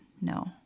No